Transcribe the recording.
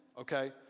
okay